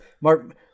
Mark